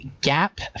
Gap